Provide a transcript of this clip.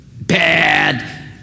bad